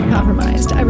compromised